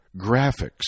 graphics